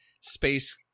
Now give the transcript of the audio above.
space